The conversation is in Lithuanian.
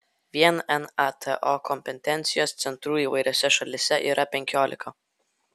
vien nato kompetencijos centrų įvairiose šalyse yra penkiolika